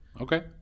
Okay